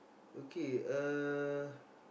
okay uh